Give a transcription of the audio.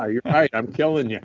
ah you're right, i'm killing yeah